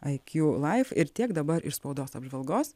iq life ir tiek dabar iš spaudos apžvalgos